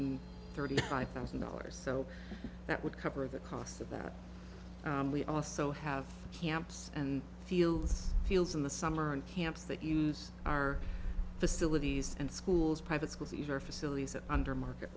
and thirty five thousand dollars so that would cover the cost of that we also have camps and fields fields in the summer and camps that use our facilities and schools private schools either facilities or under market